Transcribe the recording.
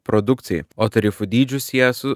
produkcijai o tarifų dydžius sieja su